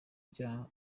byaha